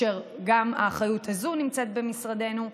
גם האחריות הזאת נמצאת במשרדנו,